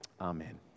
Amen